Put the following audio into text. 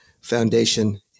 Foundation